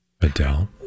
Adele